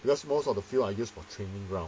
because most of the field are used for training ground